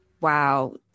Wow